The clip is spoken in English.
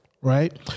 right